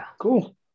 cool